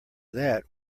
that